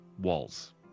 walls